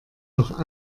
doch